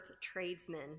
tradesmen